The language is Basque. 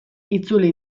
itzuli